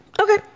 Okay